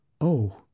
Oh